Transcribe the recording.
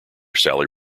sally